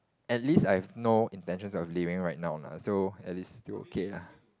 at least I have no intention of leaving right now lah so at least still okay lah